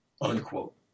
unquote